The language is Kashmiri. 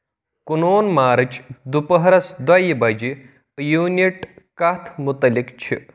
کُنوُن مارٕچ دُپہرَس دۄیہِ بجہِ یوٗنِت کَتھ مُتعلِق چھِ